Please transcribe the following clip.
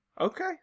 Okay